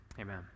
Amen